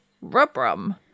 Rubrum